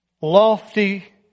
lofty